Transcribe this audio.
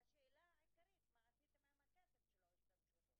זה לא בדיוק מה שהשר אמר בתשובה לשאילתה.